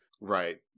Right